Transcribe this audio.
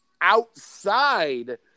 outside